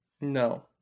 No